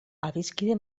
adiskide